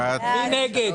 מי נגד,